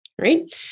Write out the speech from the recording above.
right